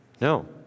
No